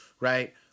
right